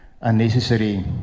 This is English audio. unnecessary